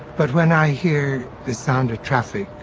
but, when i hear the sound of traffic,